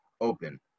open